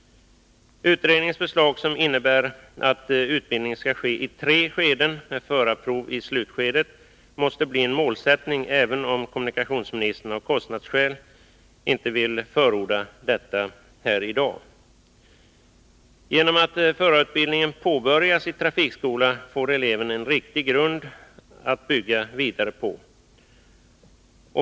Utredningens förslag, som innebär att utbildningen skall ske i tre skeden med förarprov i slutskedet, måste bli en målsättning även om kommunikationsministern av kostnadsskäl inte vill förorda detta i dag. Genom att förarutbildningen påbörjas i trafikskola får eleven en riktig grund att bygga vidare på.